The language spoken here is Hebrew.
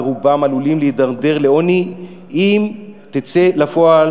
ורובם עלולים להידרדר לעוני אם תצא לפועל